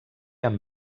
amb